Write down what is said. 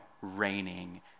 raining